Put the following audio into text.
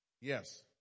Yes